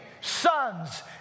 sons